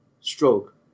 stroke